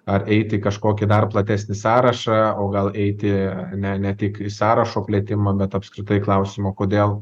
ar eiti kažkokį dar platesnį sąrašą o gal eiti ne ne tik į sąrašo plėtimą bet apskritai klausimo kodėl